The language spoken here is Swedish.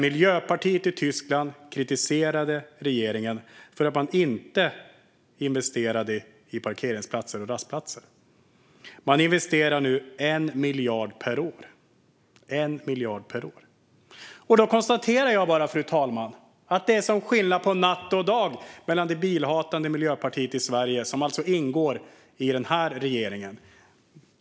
Miljöpartiet i Tyskland kritiserade regeringen där för att man inte investerade i parkeringsplatser och rastplatser. Man investerar nu 1 miljard per år. Jag bara konstaterar, fru talman, att skillnaden är som mellan natt och dag mot det bilhatande Miljöpartiet i Sverige, som alltså ingår i den här regeringen.